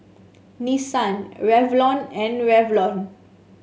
Nissan Revlon and Revlon